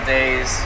days